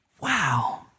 Wow